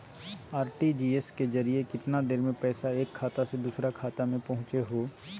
RTGS के जरिए कितना देर में पैसा एक खाता से दुसर खाता में पहुचो है?